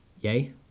yay